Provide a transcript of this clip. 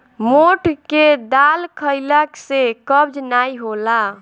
मोठ के दाल खईला से कब्ज नाइ होला